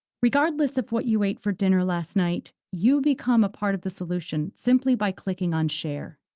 regardless of what you ate for dinner last night, you become a part of the solution simply by clicking on share.